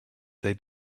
they